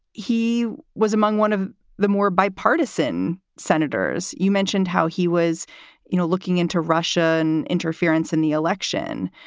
he was among one of the more bipartisan senators. you mentioned how he was you know looking into russian interference in the election.